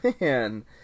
man